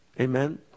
Amen